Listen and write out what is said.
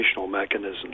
mechanisms